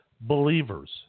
believers